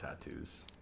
tattoos